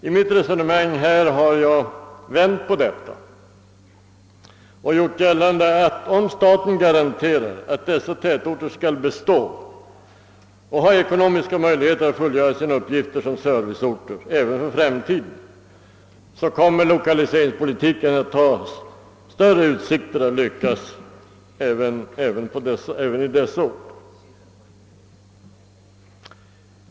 I mitt resonemang har jag vänt på detta och gjort gällande, att om staten garanterar att dessa tätorter skall bestå och äga ekonomiska möjligheter att fullgöra sina uppgifter som serviceorter även i framtiden, så kommer lokaliseringspolitiken att ha större utsikter att lyckas också på dessa orter.